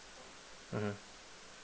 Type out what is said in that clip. mmhmm